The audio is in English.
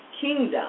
kingdom